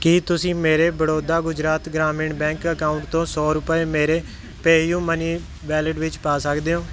ਕੀ ਤੁਸੀਂ ਮੇਰੇ Baroda Gujarat Gramin bank account ਤੋਂ ਸੌ ਰੁਪਏ ਮੇਰੇ ਪੇ ਯੂ ਮਨੀ ਵਾਲਿਟ ਵਿੱਚ ਪਾ ਸਕਦੇ ਹੋ